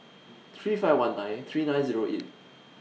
three five one nine three nine Zero eight